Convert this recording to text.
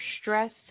stress